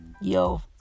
yo